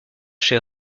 chez